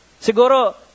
Siguro